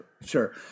Sure